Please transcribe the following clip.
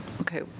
Okay